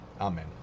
Amen